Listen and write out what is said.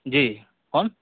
جی کون